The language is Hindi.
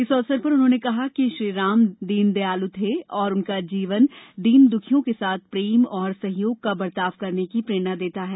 इस अवसर पर उन्होंने कहा कि श्रीराम दीनदयाल थे और उनका जीवन दीन दुखियों के साथ प्रेम और सहयोग का बर्ताव करने की प्रेरणा देता है